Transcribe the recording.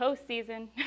postseason